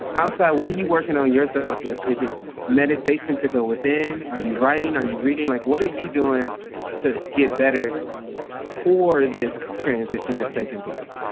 outside what are you working on yourself with? is it meditation to go within? are you writing? are you reading like, what are you doing to get better for this transition that's taking place?